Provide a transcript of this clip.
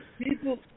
People